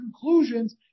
conclusions